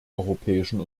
europäischen